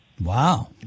Wow